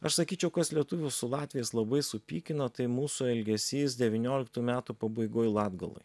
aš sakyčiau kas lietuvius su latviais labai supykino tai mūsų elgesys devynioliktų metų pabaigoj latgaloj